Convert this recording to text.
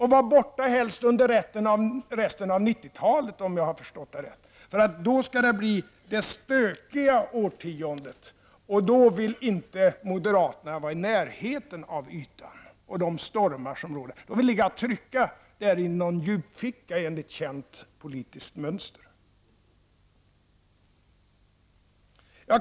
Han ville helst vara borta under resten av 90-talet, om jag har förstått det rätt, för då skall det bli det stökiga årtiondet, och då vill inte moderaterna vara i närheten av ytan och de stormar som råder. De vill ligga och trycka i någon djup ficka, enligt känt politiskt mönster.